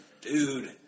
dude